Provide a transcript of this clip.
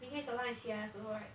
明天早上你起来的时候 right